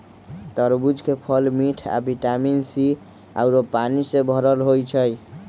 तरबूज के फल मिठ आ विटामिन सी आउरो पानी से भरल होई छई